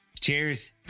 Cheers